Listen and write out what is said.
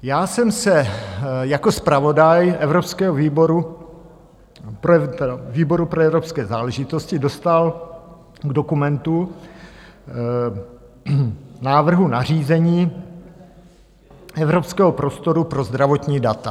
Já jsem se jako zpravodaj evropského výboru, výboru pro evropské záležitosti, dostal k dokumentu, návrhu nařízení o Evropském prostoru pro zdravotní data.